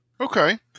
Okay